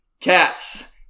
Cats